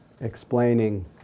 explaining